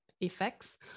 effects